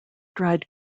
dried